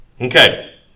Okay